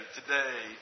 today